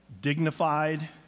dignified